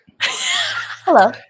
Hello